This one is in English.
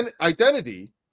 identity